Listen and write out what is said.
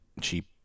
cheap